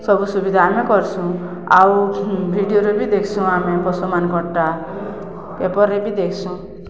ସବୁ ସୁବିଧା ଆମେ କର୍ସୁଁ ଆଉ ଭିଡ଼ିଓରେ ବି ଦେଖ୍ସୁଁ ଆମେ ପଶୁମାନଙ୍କର୍ଟା ପେପର୍ରେ ବି ଦେଖ୍ସୁଁ